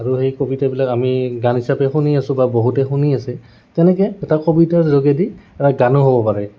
আৰু সেই কবিতাবিলাক আমি গান হিচাপে শুনি আছোঁ বা বহুতেই শুনি আছে তেনেকে এটা কবিতাৰ যোগেদি এটা গানো হ'ব পাৰে